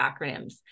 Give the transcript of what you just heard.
acronyms